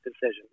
decision